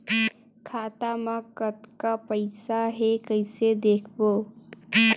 खाता मा कतका पईसा हे कइसे देखबो?